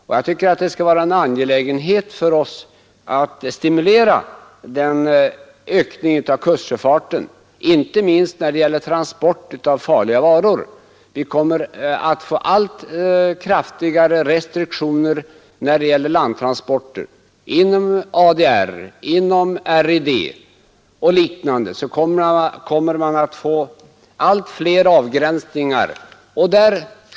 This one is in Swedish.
Det borde vara angeläget för oss att stimulera den ökningen, inte minst när det gäller transport av farliga varor. Vi kommer att få allt kraftigare restriktioner när det gäller landtransporter. Inom ADR, RID och liknande kommer man att göra allt fler avgränsningar.